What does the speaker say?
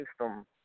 system